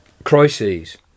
crises